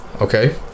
okay